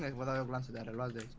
one hundred and eleven